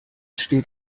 steht